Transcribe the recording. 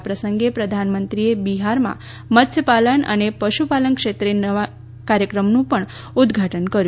આ પ્રસંગે પ્રધાનમંત્રીએ બિહારમાં મત્સ્ય પાલન અને પશુપાલન ક્ષેત્રે ઘણા નવા કાર્યક્રમોનું પણ ઉદઘાટન કર્યું